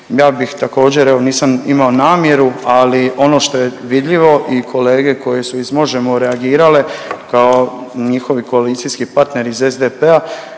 ja bih također, evo nisam imao namjeru, ali ono što je vidljivo i kolege koji su iz Možemo! reagirali, kao i njihovi koalicijski partneri iz SDP-a